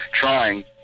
trying